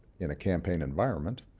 in a campaign environment,